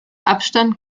abstand